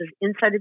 inside